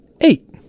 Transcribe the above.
Eight